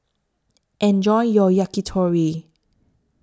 Enjoy your Yakitori